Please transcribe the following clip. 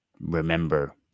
remember